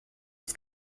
its